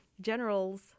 general's